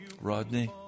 Rodney